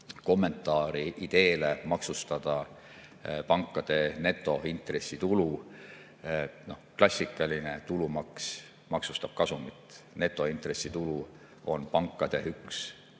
kommentaari ideele maksustada pankade netointressitulu: klassikaline tulumaks maksustab kasumit, netointressitulu on pankade üks